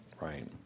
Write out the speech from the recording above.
right